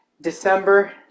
December